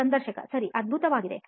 ಸಂದರ್ಶಕ ಸರಿ ಅದ್ಭುತವಾಗಿದೆ